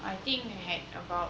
I think had about